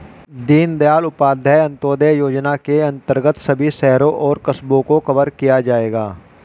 दीनदयाल उपाध्याय अंत्योदय योजना के अंतर्गत सभी शहरों और कस्बों को कवर किया जाएगा